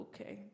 Okay